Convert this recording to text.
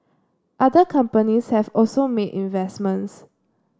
other companies have also made investments